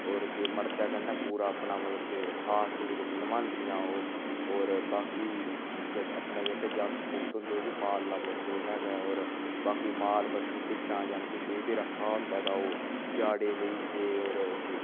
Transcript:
होर के मड़दै कन्नै पूरा अपना मतलब के साथ नभांदिया ओह् होर बाकी अपने जे जेह्के जागत होंदे ओह् बी पालने पौंदे उनें गै होर बाकी माल बच्छु भिड्ढां जानि के एह् बी रक्खा होंदा तां ओह् झाड़े लेई जंदे होर